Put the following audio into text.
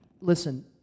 Listen